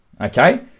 okay